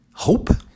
Hope